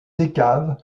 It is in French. descaves